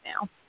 now